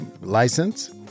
license